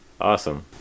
Awesome